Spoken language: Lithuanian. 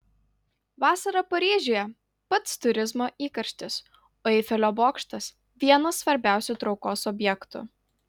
vasarą paryžiuje pats turizmo įkarštis o eifelio bokštas vienas svarbiausių traukos objektų